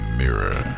mirror